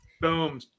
Boom